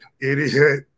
idiot